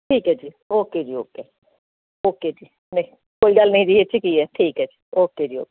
ਠੀਕ ਹੈ ਜੀ ਓਕੇ ਜੀ ਓਕੇ ਓਕੇ ਜੀ ਕੋਈ ਗੱਲ ਨਹੀਂ ਜੀ ਇਹ 'ਚ ਕੀ ਹੈ ਠੀਕ ਹੈ ਓਕੇ ਜੀ ਓਕੇ